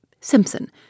Simpson